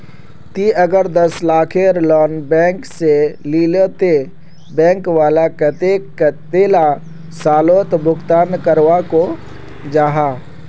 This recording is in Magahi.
ती अगर दस लाखेर लोन बैंक से लिलो ते बैंक वाला कतेक कतेला सालोत भुगतान करवा को जाहा?